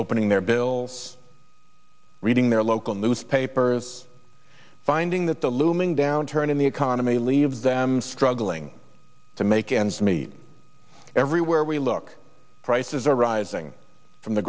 opening their bills reading their local newspapers finding that the looming downturn in the economy leaves them struggling to make ends meet everywhere we look prices are rising from the